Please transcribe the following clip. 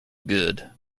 good